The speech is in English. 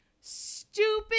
stupid